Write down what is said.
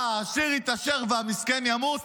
העשיר יתעשר והמסכן ימות?